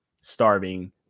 starving